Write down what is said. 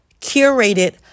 curated